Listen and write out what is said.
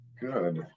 Good